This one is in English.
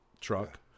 truck